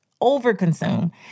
over-consume